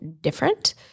different